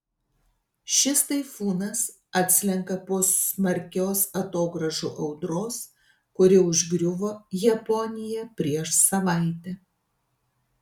šis taifūnas atslenka po smarkios atogrąžų audros kuri užgriuvo japoniją prieš savaitę